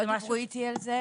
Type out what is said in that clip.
לא דיברו איתי על זה.